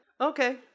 okay